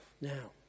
now